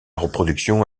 reproduction